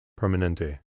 Permanente